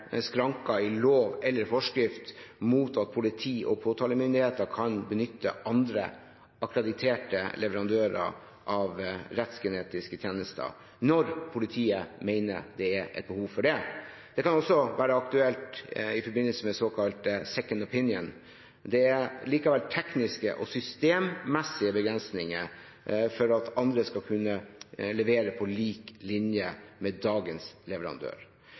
i lov eller forskrift mot at politi og påtalemyndighet kan benytte andre akkrediterte leverandører av rettsgenetiske tjenester når politiet mener det er behov for det. Det kan også være aktuelt i forbindelse med såkalt second opinion. Det er likevel tekniske og systemmessige begrensninger for at andre skal kunne levere på lik linje med dagens leverandør.